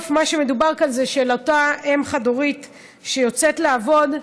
מה שמדובר כאן זה על אותה אם חד-הורית שיוצאת לעבוד,